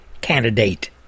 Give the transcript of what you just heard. candidate